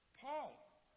Paul